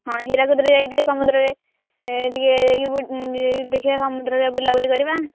ହଁ ହଁ ହୀରାକୁଦରେ ଯାଇକି ଟିକିଏ ସମୁଦ୍ରରେ ଟିକିଏ ଦେଖିବା ସମୁଦ୍ରରେ ବୁଲାବୁଲି କରିବା